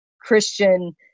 Christian